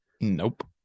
Nope